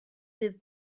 dydd